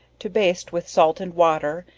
to baste with salt and water,